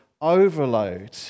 overload